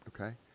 Okay